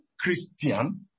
Christian